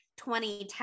2010